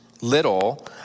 little